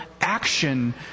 action